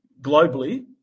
globally